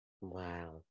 Wow